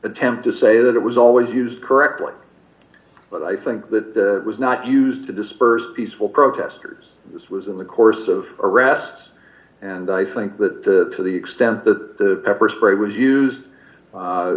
attempt to say that it was always used correctly but i think that that was not used to disperse peaceful protesters and this was in the course of arrests and i think that to the extent that the pepper spray was use